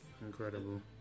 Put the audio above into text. Incredible